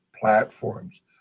platforms